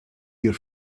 your